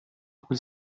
quel